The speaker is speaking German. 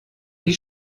die